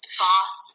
boss